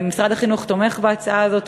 משרד החינוך תומך בהצעה הזאת.